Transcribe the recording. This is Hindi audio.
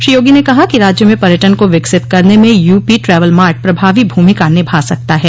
श्री योगी ने कहा कि राज्य में पर्यटन को विकसित करने में यूपी ट्रैवल मार्ट प्रभावी भूमिका निभा सकता है